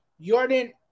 Jordan